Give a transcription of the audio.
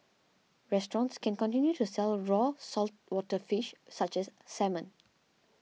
restaurants can continue to sell raw saltwater fish such as salmon